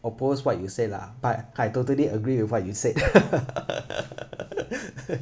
oppose what you say lah but I totally agree with what you said